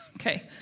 okay